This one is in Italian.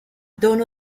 don